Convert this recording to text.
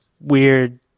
weird